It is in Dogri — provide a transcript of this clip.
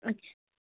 अच्छा